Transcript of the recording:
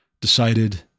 decided